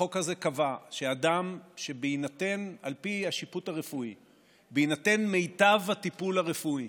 החוק הזה קבע שאדם שעל פי השיפוט הרפואי ובהינתן מיטב הטיפול הרפואי